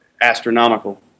astronomical